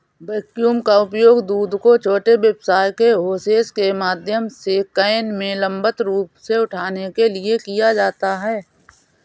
vacuum का उपयोग दूध को छोटे व्यास के होसेस के माध्यम से कैन में लंबवत रूप से उठाने के लिए किया जाता है